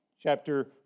chapter